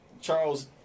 Charles